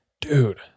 Dude